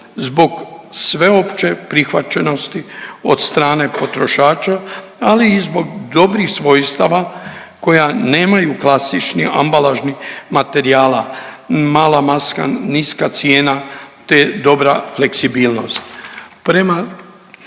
zbog sveopće prihvaćenosti od strane potrošača, ali i zbog dobrih svojstava koja nemaju klasičnih ambalažnih materijala. Mala maska, niska cijena, te dobra fleksibilnost. Prema